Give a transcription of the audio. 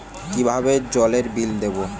কিভাবে জলের বিল দেবো?